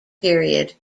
period